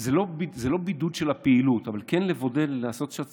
זה לא בידוד של הפעילות אבל כן לבודד ולעשות קצת